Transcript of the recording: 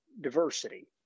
diversity